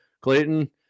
Clayton